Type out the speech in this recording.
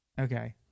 Okay